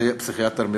פסיכיאטר מבריטניה.